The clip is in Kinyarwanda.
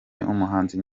umuhanzi